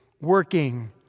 working